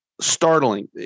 Startling